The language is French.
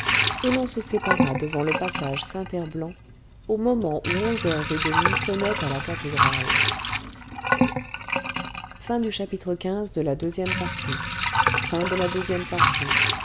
et l'on se sépara devant le passage saint herbland au moment où onze heures et demie sonnaient à la cathédrale